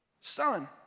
Son